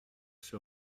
sur